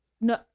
no